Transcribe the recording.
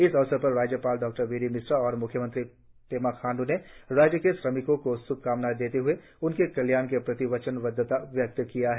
इस अवसर पर राज्यपाल डॉबीडीमिश्रा और म्ख्यमंत्री पेमा खाण्ड् ने राज्य के श्रमिकों को श्भकामनाएं देते हुए उनके कल्याण के प्रति वचनबद्धता व्यक्त किया है